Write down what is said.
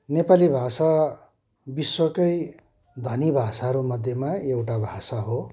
नेपाली भाषा विश्वकै धनी भाषाहरू मध्येमा एउटा भाषा हो